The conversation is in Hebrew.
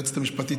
היועצת המשפטית,